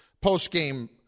post-game